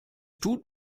tut